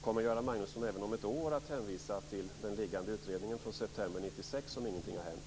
Kommer Göran Magnusson även om ett år att hänvisa till utredningen från september 1996, om ingenting har hänt?